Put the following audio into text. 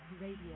Radio